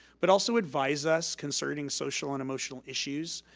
but also advise us concerning social and emotional issues,